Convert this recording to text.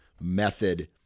method